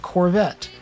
Corvette